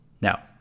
Now